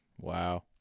Wow